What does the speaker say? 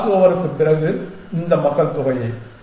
cross ஓவருக்குப் பிறகு இந்த மக்கள் தொகையை